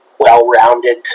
well-rounded